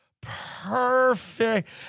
Perfect